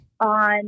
on